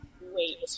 wait